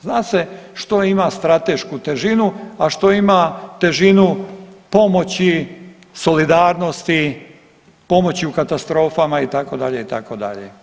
Zna se što ima stratešku težinu, a što ima težinu pomoći, solidarnosti, pomoći u katastrofama itd. itd.